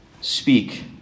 speak